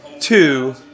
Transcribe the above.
Two